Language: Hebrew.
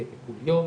יהיה טיפול יום,